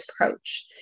approach